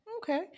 Okay